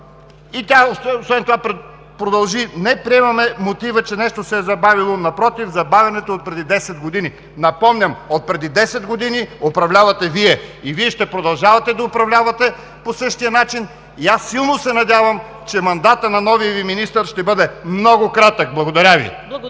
И тя освен това продължи: „Не приемаме мотива, че нещо се е забавило, напротив, забавянето е отпреди десет години.“ Напомням: отпреди десет години управлявате Вие и Вие ще продължавате да управлявате по същия начин и аз силно се надявам, че мандатът на новия Ви министър ще бъде много кратък! Благодаря Ви.